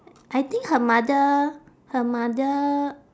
I think her mother her mother